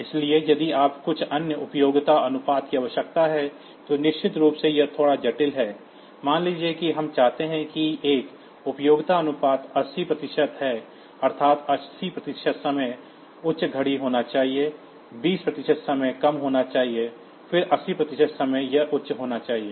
इसलिए यदि आपको कुछ अन्य उपयोगिता अनुपात की आवश्यकता है तो निश्चित रूप से यह थोड़ा जटिल है मान लीजिए कि हम कहना चाहते हैं कि एक उपयोगिता अनुपात 80 प्रतिशत है अर्थात् 80 प्रतिशत समय उच्च घड़ी होना चाहिए 20 प्रतिशत समय कम होना चाहिए फिर 80 प्रतिशत समय यह उच्च होना चाहिए